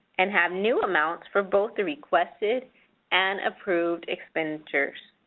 and have new amounts for both the requested and approved expenditures.